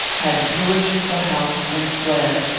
had pillaged the house and fled.